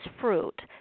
fruit